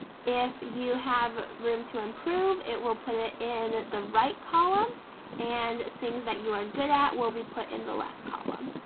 if you have room to improve, it will put it in the right column and things that you are good at will be put in the left column.